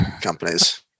companies